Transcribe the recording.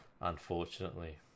Unfortunately